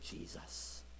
Jesus